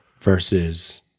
versus